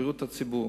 בריאות הציבור.